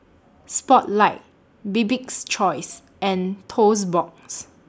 Spotlight Bibik's Choice and Toast Box